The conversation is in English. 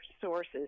sources